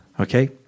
Okay